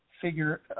figure